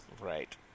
Right